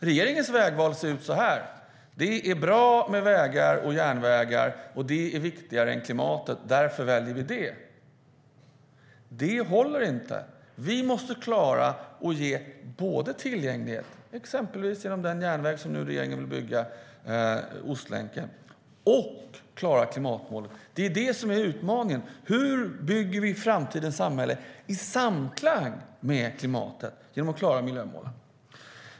Regeringens vägval ser ut så här: Det är bra med vägar och järnvägar, och det är viktigare än klimatet, och därför väljer vi det. Detta håller inte! Vi måste både kunna ge tillgänglighet, exempelvis genom den järnväg som regeringen nu vill bygga, Ostlänken, och klara klimatmålen. Det är detta som är utmaningen: Hur bygger vi framtidens samhälle i samklang med klimatet genom att klara miljömålen?